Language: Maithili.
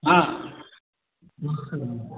हँ